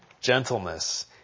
gentleness